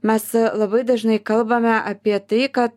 mes a labai dažnai kalbame apie tai kad